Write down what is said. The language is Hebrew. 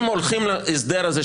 אם הולכים להסדר הזה,